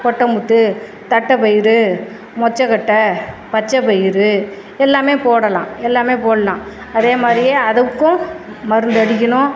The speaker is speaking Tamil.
கொட்டைடமுத்து தட்டைப்பயிறு மொச்சக்கொட்டை பச்சைப்பயிறு எல்லாம் போடலாம் எல்லாம் போடலாம் அதே மாதிரியே அதுக்கும் மருந்தடிக்கணும்